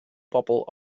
bobol